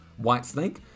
Whitesnake